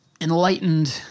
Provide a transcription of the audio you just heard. enlightened